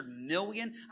million